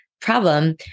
problem